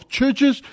churches